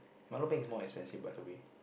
milo peng is more expensive by the way